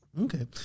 Okay